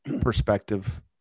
perspective